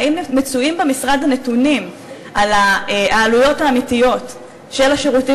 האם מצויים במשרד הנתונים על העלויות האמיתיות של השירותים